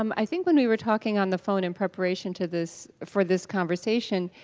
um i think when we were talking on the phone in preparation to this, for this conversation,